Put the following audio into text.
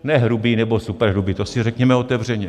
Ne hrubý nebo superhrubý, to si řekněme otevřeně.